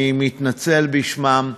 אני מתנצל בשמם.